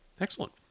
Excellent